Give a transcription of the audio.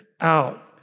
out